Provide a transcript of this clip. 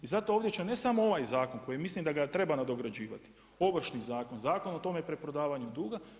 I zato ovdje će, ne samo ovaj zakon koji mislim da ga treba nadograđivati, Ovršni zakon, zakon o tome preprodavanju duga.